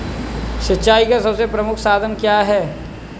सिंचाई का सबसे प्रमुख साधन क्या है?